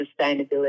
sustainability